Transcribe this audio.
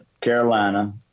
Carolina